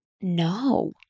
No